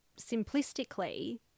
simplistically